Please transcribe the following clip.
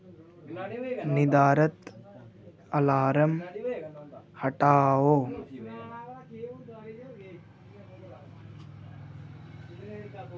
निर्धारत अलार्म हटाओ